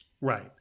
Right